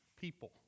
people